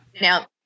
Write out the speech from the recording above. Now